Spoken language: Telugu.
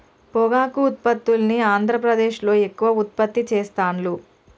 పొగాకు ఉత్పత్తుల్ని ఆంద్రప్రదేశ్లో ఎక్కువ ఉత్పత్తి చెస్తాండ్లు